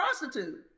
prostitute